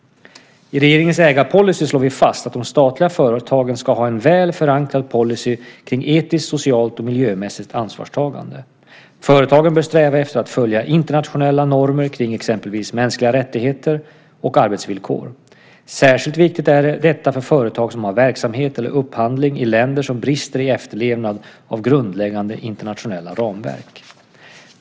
I regeringens ägarpolicy slår vi fast att de statliga företagen ska ha en väl förankrad policy kring etiskt, socialt och miljömässigt ansvarstagande. Företagen bör sträva efter att följa internationella normer kring exempelvis mänskliga rättigheter och arbetsvillkor. Särskilt viktigt är detta för företag som har verksamhet eller upphandling i länder som brister i efterlevnad av grundläggande internationella ramverk.